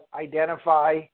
identify